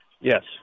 Yes